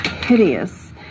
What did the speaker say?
hideous